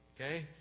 okay